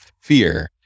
fear